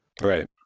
right